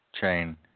Chain